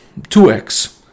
2x